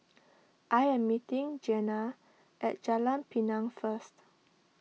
I am meeting Jeanna at Jalan Pinang first